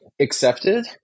accepted